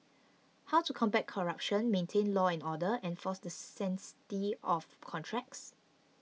how to combat corruption maintain law and order enforce the sanctity of contracts